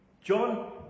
John